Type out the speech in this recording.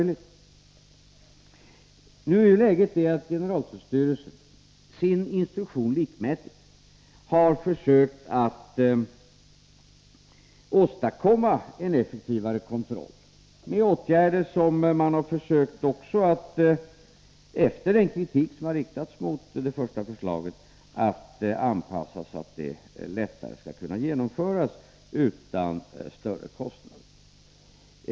Läget är nu att generaltullstyrelsen, sin instruktion likmätigt, har försökt att åstadkomma en effektivare kontroll med hjälp av åtgärder, vilka man, efter den kritik som har riktats mot det första förslaget, har försökt anpassa så att de lättare skall kunna genomföras utan större kostnader.